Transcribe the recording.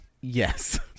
yes